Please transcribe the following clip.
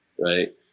right